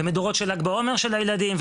ומדורות של ל"ג בעומר של ילדים,